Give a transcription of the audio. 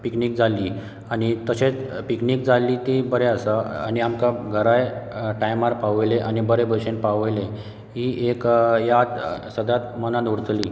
picnic जाली आनी तशेंत पिकनीक जाली ती बऱ्या स आनी आमकां घराय टायमार पावयले आनी बरे भशेन पावयले ही एक याद सदांत मनांत उरतली